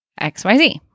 XYZ